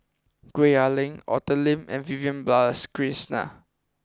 Gwee Ah Leng Arthur Lim and Vivian Balakrishnan